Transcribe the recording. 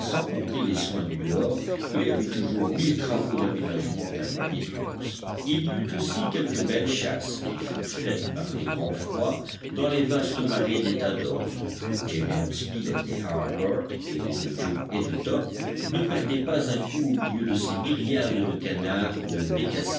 compter les soins du dehors il y avait toujours mille travaux d'aménagement à granitehouse il y eut aussi quelques belles chasses qui furent faites par les grands froids dans les vastes marais des tadornes gédéon spilett et harbert aidés de jup et de top ne perdaient pas un coup au milieu de ces myriades de canards de bécassines